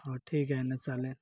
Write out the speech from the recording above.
हो ठीक आहे ना चालेल